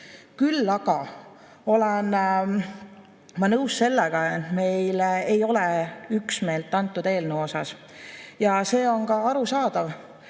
Küll aga olen ma nõus sellega, et meil ei ole üksmeelt selle eelnõu suhtes. See on ka arusaadav,